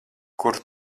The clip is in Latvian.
kur